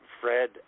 Fred